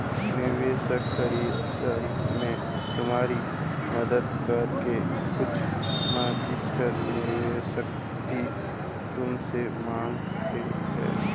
निवेश खरीदारी में तुम्हारी मदद करके कुछ मार्जिन निवेशक भी तुमसे माँगता है